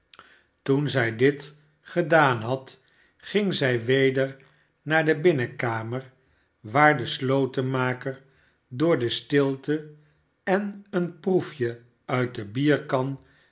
toen zij dit gedaan had ging zij weder naar de binnenkamer waar de slotenmaker door de stilte en een proefje uit de bierkan